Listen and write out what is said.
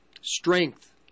strength